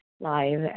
live